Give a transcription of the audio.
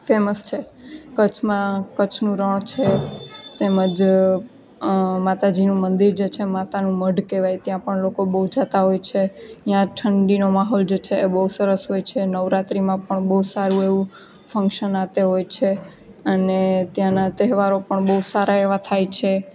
famous છે કચ્છમાં કચ્છનું રણ છે તેમજ માતાજીનું મંદિર જે છે માતાનું મઢ કહેવાય ત્યાં પણ લોકો બહુ જતાં હોય છે ત્યાં ઠંડીનો માહોલ જે છે એ બહુ સરસ હોય છે નવરાત્રિમાં પણ બહુ સારું એવું ફંકશન આ તે હોય છે અને ત્યાંના તહેવારો પણ બહુ સારા એવા થાય છે